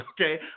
okay